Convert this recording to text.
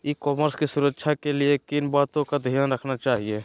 ई commerce की सुरक्षा के लिए किन बातों का ध्यान रखना चाहिए?